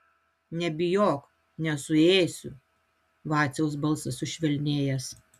nebijok nesuėsiu vaciaus balsas sušvelnėjęs